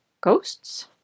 Ghosts